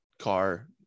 car